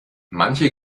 manche